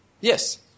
Yes